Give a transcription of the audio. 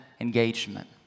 engagement